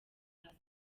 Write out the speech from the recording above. hasi